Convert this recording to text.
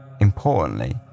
Importantly